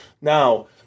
now